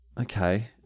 Okay